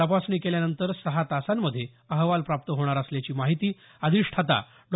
तपासणी केल्यानंतर सहा तासामध्ये अहवाल प्राप्त होणार असल्याची माहिती अधिष्ठाता डॉ